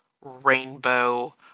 rainbow